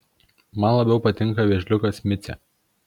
man labiau patinka vėžliukas micė